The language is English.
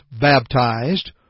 baptized